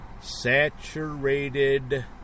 Saturated